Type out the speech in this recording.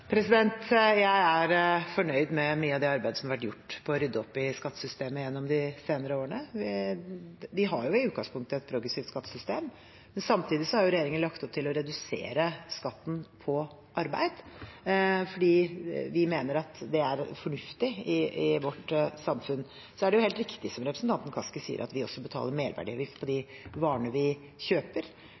Jeg er fornøyd med mye av det arbeidet som har vært gjort for å rydde opp i skattesystemet gjennom de senere årene. Vi har i utgangspunktet et progressivt skattesystem. Samtidig har regjeringen lagt opp til å redusere skatten på arbeid fordi vi mener det er fornuftig i vårt samfunn. Det er helt riktig, som representanten Kaski sier, at vi også betaler merverdiavgift på de varene vi kjøper,